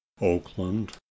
Oakland